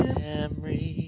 Memories